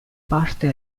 parte